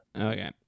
okay